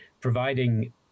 providing